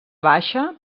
baixa